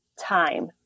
time